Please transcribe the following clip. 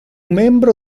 membro